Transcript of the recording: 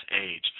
age